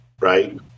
right